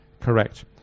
correct